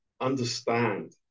understand